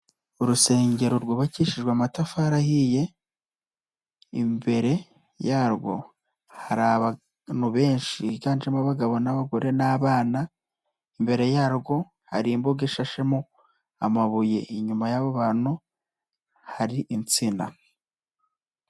Urusengero rwubakishijwe amatafari ahiye, imbere yarwo hari abantu benshi, higanjemo abagabo n'abagore n'abana, imbere yarwo hari imbuga ishashemo amabuye, inyuma y'abo bantu hari insina.